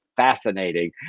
fascinating